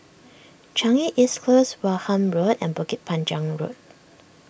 Changi East Close Wareham Road and Bukit Panjang Road